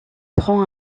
prend